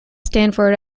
stanford